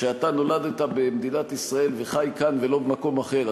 שאתה נולדת במדינת ישראל וחי כאן ולא במקום אחר.